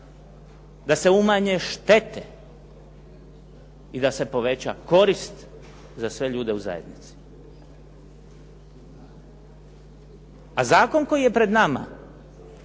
da se umanje štete i da se poveća korist za sve ljude u zajednici. A zakon koji je pred nama